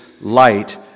light